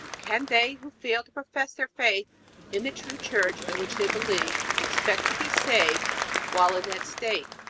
can they who fail to profess their faith in the true church in which they believe expect to be saved while in that state?